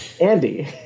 Andy